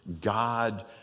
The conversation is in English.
God